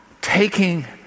taking